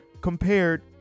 compared